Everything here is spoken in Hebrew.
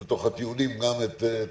אני